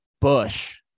Bush